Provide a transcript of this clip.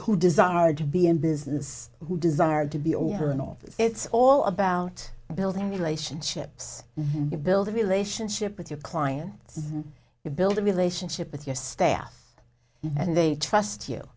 who desired to be in business who desired to be or her in all it's all about building relationships build a relationship with your clients you build a relationship with your staff and they trust you